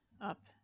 up